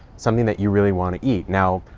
something that you really want to eat. now,